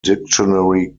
dictionary